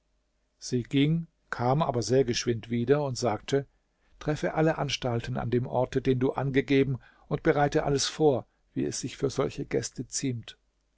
sie ging kam aber sehr geschwind wieder und sagte treffe alle anstalten an dem orte den du angegeben und bereite alles vor wie es sich für solche gäste ziemt